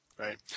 Right